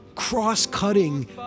cross-cutting